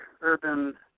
urban